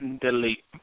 Delete